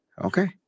Okay